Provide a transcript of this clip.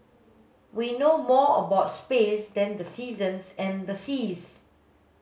we know more about space than the seasons and the seas